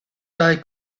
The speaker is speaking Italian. tale